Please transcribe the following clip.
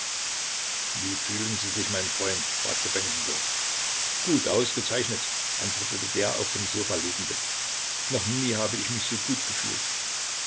wie fühlen sie sich mein freund fragte benkendorf gut ausgezeichnet antwortete der auf dem sofa liegende noch nie habe ich mich so gut gefühlt